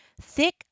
thick